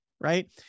right